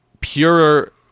purer